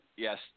Yes